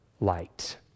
light